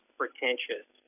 pretentious